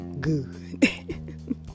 good